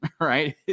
right